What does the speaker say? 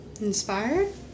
Inspired